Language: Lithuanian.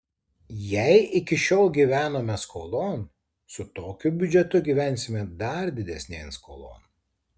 jei iki šiol gyvenome skolon su tokiu biudžetu gyvensime dar didesnėn skolon